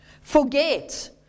forget